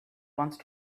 once